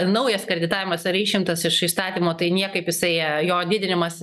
naujas kreditavimas ar išimtas iš įstatymo tai niekaip jisai jo didinimas